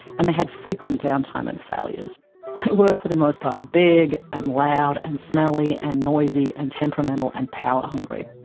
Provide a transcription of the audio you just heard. and had frequent down-time and failures. they were, for the most part, big, and loud, and smelly, and noisy, and temperamental and power-hungry.